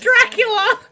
Dracula